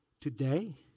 Today